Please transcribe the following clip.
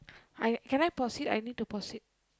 I can I pause it I need to pause it